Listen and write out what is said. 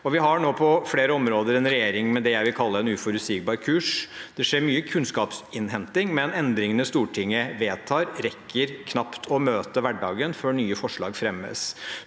Vi har nå på flere områder en regjering med det jeg vil kalle en uforutsigbar kurs. Det skjer mye kunnskapsinnhenting, men endringene Stortinget vedtar, rekker knapt å møte hverdagen før nye forslag fremmes.